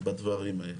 בדברים האלה.